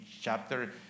chapter